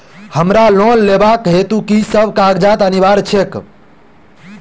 हमरा लोन लेबाक हेतु की सब कागजात अनिवार्य छैक?